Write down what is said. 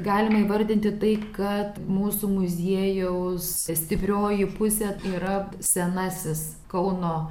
galima įvardyti tai kad mūsų muziejaus stiprioji pusė yra senasis kauno